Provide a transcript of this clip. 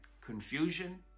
confusion